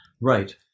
Right